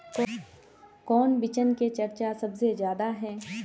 कौन बिचन के चर्चा सबसे ज्यादा है?